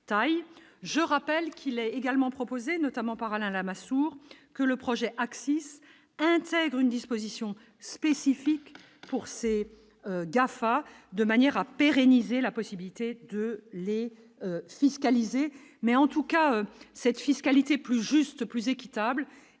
je rappelle qu'il est également proposé notamment par Alain Lamassoure, que le projet Axis intègre une disposition spécifique pour c'est gaffe de manière à pérenniser la possibilité de les fiscaliser, mais en tout cas cette fiscalité plus juste, plus équitable,